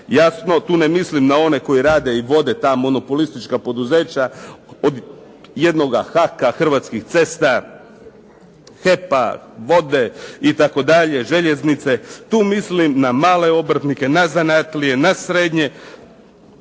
jasno, tu ne mislim na one koji rade i vode ta monopolistička poduzeća od jednoga HAK-a, Hrvatskih cesta, HEP-a, Vode, itd., željeznice, tu mislim na male obrtnike, na zanatlije, na srednje